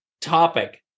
topic